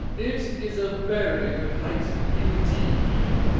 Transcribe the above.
it is a very good height indeed!